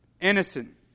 innocent